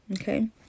okay